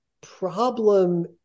problem